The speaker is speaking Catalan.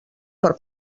per